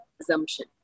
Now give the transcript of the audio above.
assumption